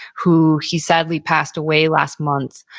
who he sadly passed away last month.